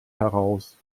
heraus